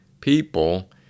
people